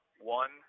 One